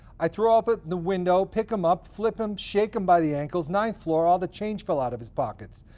i threw him up at the window, pick him up, flip him, shake him by the ankles, ninth floor. all the change fell out of his pockets.